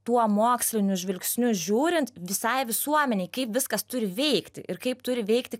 tuo moksliniu žvilgsniu žiūrint visai visuomenei kaip viskas turi veikti ir kaip turi veikti